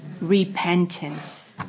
repentance